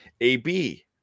AB